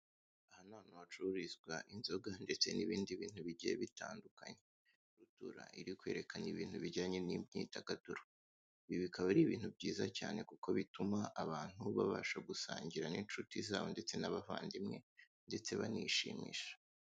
Aha ni ahantu hacururizwa inzoga ndetse n'ibindi bintu bigiye bitandukanye iba irikwerekan ibintu bijyanye n'imyidagaduro ibi bikaba ari ibintu byiza cyane kuko bituma babasha gusangira n'inshuti ndetse n'abavandimwe ndetse banishimisha.